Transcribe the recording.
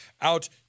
out